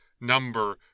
number